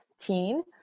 teen